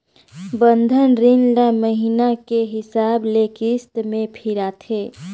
बंधन रीन ल महिना के हिसाब ले किस्त में फिराथें